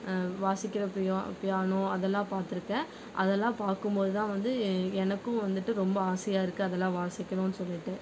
வாசிக்கிறப்பியும் piano அதெல்லாம் பார்த்துருக்கேன் அதெல்லாம் பார்க்கும் போதுதான் வந்து எனக்கும் வந்துட்டு ரொம்ப ஆசையாக இருக்கு அதெல்லாம் வாசிக்கிணும் சொல்லிட்டு